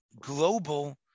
global